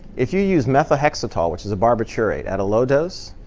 if you use methohexital, which is a barbiturate, at a low dose,